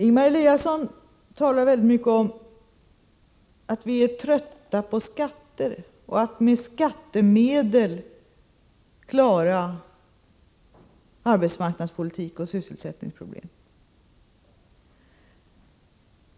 Ingemar Eliasson talar mycket om att människor är trötta på skatter och på att med skattemedel klara arbetsmarknadspolitik och sysselsättningspro blem.